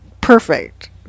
perfect